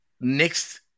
next